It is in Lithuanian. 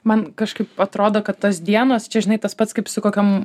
man kažkaip atrodo kad tos dienos čia žinai tas pats kaip su kokiom